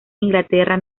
inglaterra